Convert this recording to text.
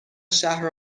شهر